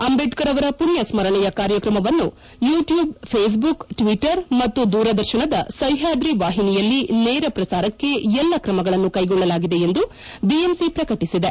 ಅಂದೇಢರ್ ಅವರ ಪುಣ್ಣ ಸ್ತರಣೆಯ ಕಾರ್ಯತ್ರಮವನ್ನು ಯುಟ್ಟೂಬ್ ಫೇಸ್ಬುಕ್ ಟ್ಲಬರ್ ಮತ್ತು ದೂರದರ್ಶನದ ಸಹಾದ್ರಿ ವಾಹಿನಿಯಲ್ಲಿ ನೇರ ಪ್ರಸಾರಕ್ಷೆ ಎಲ್ಲಾ ಕ್ರಮಗಳನ್ನು ಕ್ಷೆಗೊಳ್ಳಲಾಗಿದೆ ಎಂದು ಬಿಎಂಸಿ ಪ್ರಕಟಿಸಿದೆ